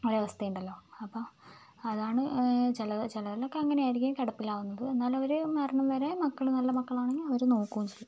ഒരവസ്ഥയുണ്ടല്ലോ അപ്പം അതാണ് ചില ചിലതിലൊക്കെ അങ്ങനെയായിരിക്കും കിടപ്പിലാകുന്നത് എന്നാലവർ മരണം വരെ മക്കൾ നല്ല മക്കളാണെങ്കിൽ അവർ നോക്കുവോം ചെയ്യും